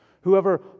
Whoever